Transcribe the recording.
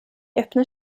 öppnar